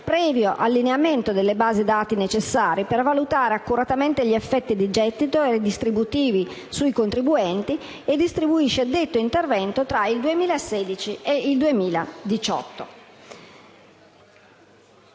previo allineamento delle basi-dati necessarie per valutare accuratamente gli effetti di gettito e redistributivi sui contribuenti, e distribuisce detto intervento tra il 2016 e il 2018.